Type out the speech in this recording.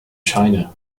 china